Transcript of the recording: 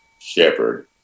shepherd